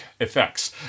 effects